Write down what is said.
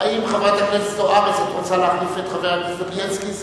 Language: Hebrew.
האם חברת הכנסת זוארץ רוצה להחליף את חבר הכנסת בילסקי?